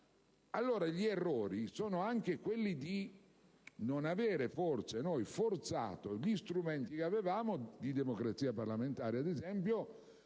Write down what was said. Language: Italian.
allora sono stati anche quelli di non avere forse forzato gli strumenti che avevamo, di democrazia parlamentare, per esempio,